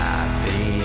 Happy